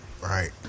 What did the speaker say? right